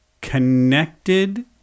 connected